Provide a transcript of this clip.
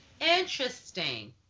Interesting